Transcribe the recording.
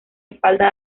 espalda